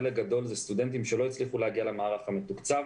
חלק גדול זה סטודנטים שלא הצליחו להגיע למערך המתוקצב,